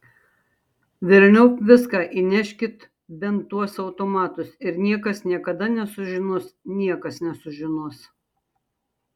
velniop viską įneškit bent tuos automatus ir niekas niekada nesužinos niekas nesužinos